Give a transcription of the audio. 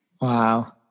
Wow